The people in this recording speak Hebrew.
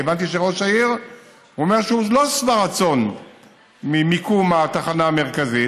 כי הבנתי שראש העיר אומר שהוא לא שבע רצון ממיקום התחנה המרכזית,